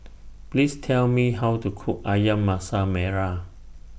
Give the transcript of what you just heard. Please Tell Me How to Cook Ayam Masak Merah